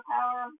Power